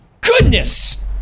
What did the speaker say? goodness